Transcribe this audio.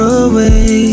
away